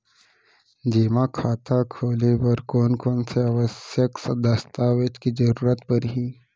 जेमा खाता खोले बर कोन कोन से आवश्यक दस्तावेज के जरूरत परही?